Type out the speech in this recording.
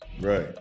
Right